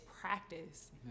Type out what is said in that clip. practice